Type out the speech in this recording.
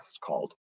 called